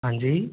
हाँ जी